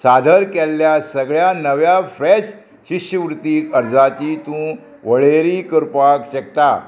सादर केल्ल्या सगळ्या नव्या फ्रॅश शिश्यवृत्तीक अर्जाची तूं वळेरी करपाक शकता